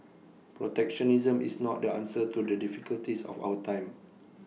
protectionism is not the answer to the difficulties of our time